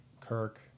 Kirk